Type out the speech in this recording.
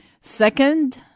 Second